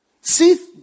See